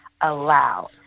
allow